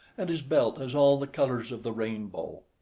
and his belt has all the colours of the rainbow.